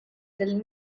del